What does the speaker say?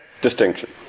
distinction